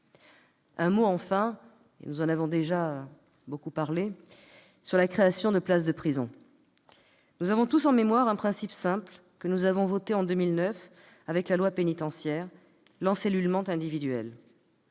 Un mot, enfin- nous en avons déjà beaucoup parlé -, sur la création de places de prison. Nous avons tous en mémoire un principe simple, que nous avons voté en 2009, dans la loi pénitentiaire : l'encellulement individuel.